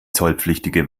zollpflichtige